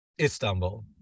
Istanbul